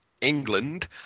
England